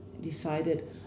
decided